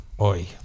oi